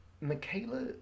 Michaela